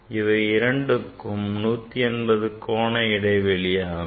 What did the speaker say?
இவை இரண்டும் 180 டிகிரி கோண இடைவெளியாகும்